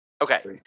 Okay